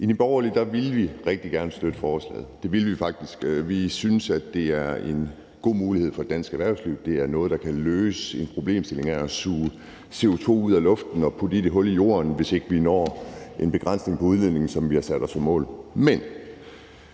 I Nye Borgerlige ville vi rigtig gerne støtte forslaget. Det ville vi faktisk. Vi synes, det er en god mulighed for dansk erhvervsliv. Det er noget, der kan løse en problemstilling – at suge CO2 ud af luften og putte den i et hul i jorden, hvis ikke vi når en begrænsning på udledningen, som vi har sat os som mål.